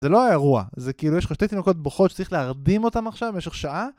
זה לא האירוע, זה כאילו יש לך שתי תינוקות בוכות שצריך להרדים אותן עכשיו במשך שעה?